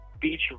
Beach